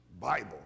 Bible